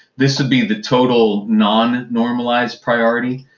this would be the total none normalized priority.